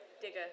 digger